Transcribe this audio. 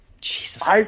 Jesus